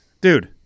dude